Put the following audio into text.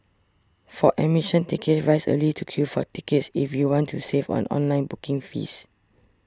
for admission tickets rise early to queue for tickets if you want to save on online booking fees